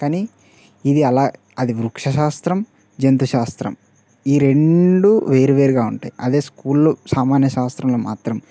కాని ఇది అలా అది వృక్షశాస్త్రం జంతుశాస్త్రం ఈ రెండు వేరువేరుగా ఉంటాయి అదే స్కూల్లో సామాన్య శాస్త్రం మాత్రం